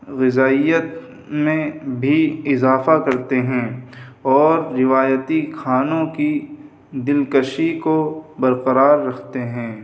غذائیت میں بھی اضافہ کرتے ہیں اور روایتی کھانوں کی دلکشی کو برقرار رکھتے ہیں